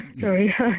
sorry